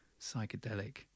psychedelic